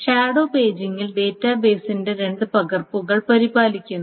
shadow പേജിംഗിൽ ഡാറ്റാബേസിന്റെ രണ്ട് പകർപ്പുകൾ പരിപാലിക്കുന്നു